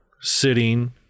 sitting